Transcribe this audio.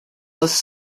les